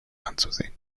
anzusehen